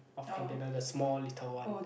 of container the small little one